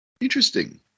Interesting